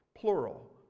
Plural